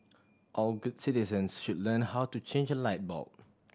all good citizens should learn how to change a light bulb